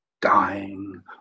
dying